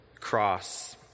cross